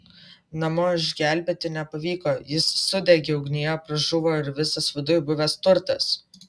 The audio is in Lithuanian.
namo išgelbėti nepavyko jis sudegė ugnyje pražuvo ir visas viduj buvęs turtas